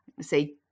say